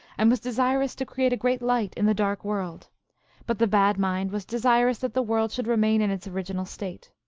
and was desirous to create a great light in the dark world but the bad mind was desirous that the world should remain in its orig inal state.